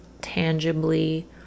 tangibly